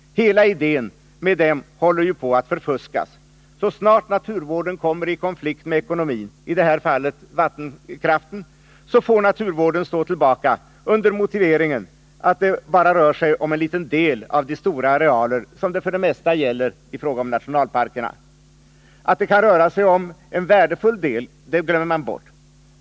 Hela idén med dem håller på att förfuskas. Så snart naturvården kommer i konflikt med ekonomin — i detta fall vattenkraften — får naturvården stå tillbaka under motiveringen att det bara rör sig om en liten del av de stora arealer som nationalparkerna utgör. Att det kan röra sig om en värdefull del glömmer man bort.